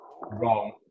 wrong